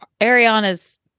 Ariana's